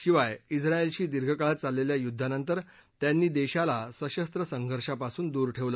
शिवाय सेत्रायलशी दीर्घ काळ चाललेल्या युद्धानंतर त्यांनी देशाला सशस्त्र संघर्षापासून सामान्यतः दूर ठेवलं